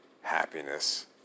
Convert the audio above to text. happiness